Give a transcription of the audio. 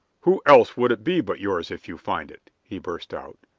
whose else would it be but yours if you find it? he burst out.